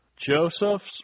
Joseph's